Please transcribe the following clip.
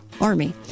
army